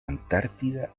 antártida